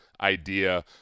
idea